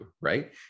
Right